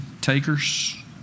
Takers